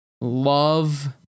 Love